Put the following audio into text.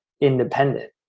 independent